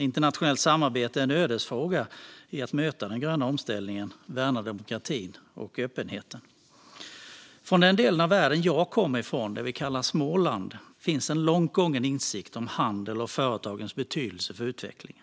Internationellt samarbete är en ödesfråga i att möta den gröna omställningen och värna demokratin och öppenheten. Från den del av världen som jag kommer från, det vi kallar Småland, finns en långt gången insikt om handelns och företagens betydelse för utvecklingen.